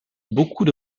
beaucoup